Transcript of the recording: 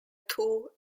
two